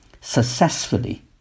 successfully